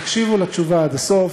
תקשיבו לתשובה עד הסוף,